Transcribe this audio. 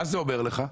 מה זה אומר לך?